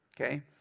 okay